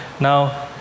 Now